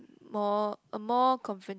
more more confront